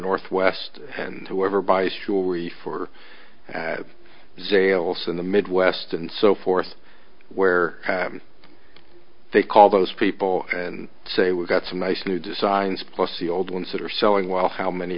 northwest and whoever buys jewelry for sales in the midwest and so forth where they call those people and say we've got some nice new designs plus the old ones that are selling well how many